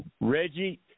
Reggie